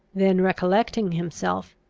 then recollecting himself,